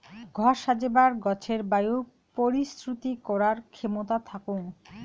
ঘর সাজেবার গছের বায়ু পরিশ্রুতি করার ক্ষেমতা থাকং